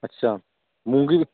ਅੱਛਾ ਮੂੰਗੀ